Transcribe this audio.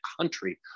country